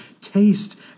taste